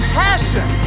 passion